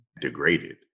degraded